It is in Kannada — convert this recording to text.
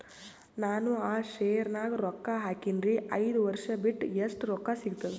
ನಾನು ಆ ಶೇರ ನ್ಯಾಗ ರೊಕ್ಕ ಹಾಕಿನ್ರಿ, ಐದ ವರ್ಷ ಬಿಟ್ಟು ಎಷ್ಟ ರೊಕ್ಕ ಸಿಗ್ತದ?